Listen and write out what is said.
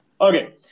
Okay